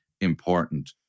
important